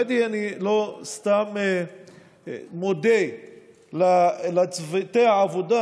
האמת היא שאני לא סתם מודה לצוותי העבודה,